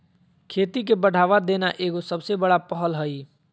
खेती के बढ़ावा देना एगो सबसे बड़ा पहल हइ